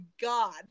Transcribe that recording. God